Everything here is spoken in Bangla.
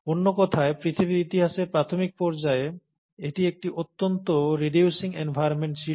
অন্য কথায় পৃথিবী ইতিহাসের প্রাথমিক পর্যায়ে এটি একটি অত্যন্ত রিডিউসিং এনভায়রনমেন্ট ছিল